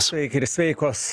sveiki ir sveikos